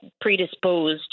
predisposed